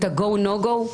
את ה-go no go,